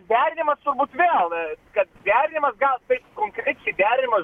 derinimas turbūt vėl kad derinimas gal taip konkrečiai derinimas